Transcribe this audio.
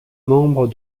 membre